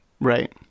Right